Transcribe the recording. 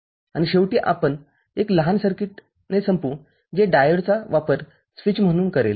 आणि शेवटीआपण एक लहान सर्कीटने संपवू जे डायोडचा वापर स्विच म्हणून करेल